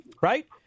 Right